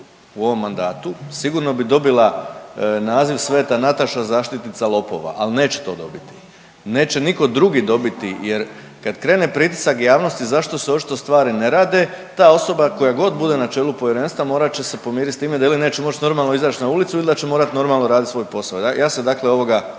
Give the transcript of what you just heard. u ovom mandatu sigurno bi dobila naziv Sveta Nataša zaštitnica lopova, al neće to dobiti, neće niko drugi dobiti jer kad krene pritisak javnosti zašto se očito stvari ne rade ta osoba koja god bude na čelu povjerenstva morat će se pomirit s time da ili neće moć normalno izać na ulicu ili da će morat normalno radit svoj posao. Ja se dakle ovoga ne